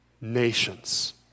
nations